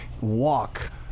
walk